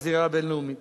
בזירה הבין-לאומית.